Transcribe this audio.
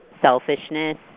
selfishness